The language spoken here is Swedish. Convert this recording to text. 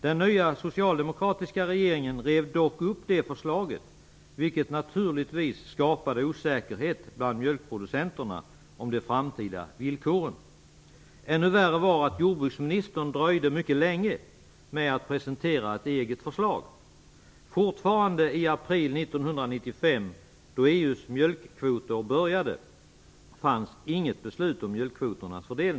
Den nya socialdemokratiska regeringen rev dock upp förslaget, vilket naturligtvis skapade osäkerhet bland mjölkproducenterna om de framtida villkoren. Ännu värre var det att jordbruksministern dröjde mycket länge med att presentera ett eget förslag. Fortfarande i april 1995, då EU:s mjölkkvoter infördes, fanns inget beslut om fördelningen av dem.